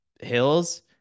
Hills